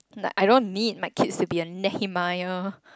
like I don't need my kids to be a Nehemiah